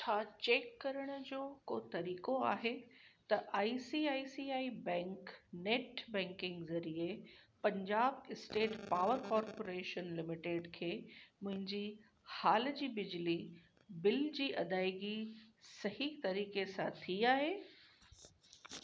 छा चैक करण जो को तरीक़ो आहे त आई सी आई सी आई बैंक नैट बैंकिंग ज़रिए Punjab state power corporation limited खे मुंहिंजी हाल जी बिजली बिल जी अदायगी सही तरीक़े सां थी आहे